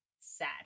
sad